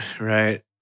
right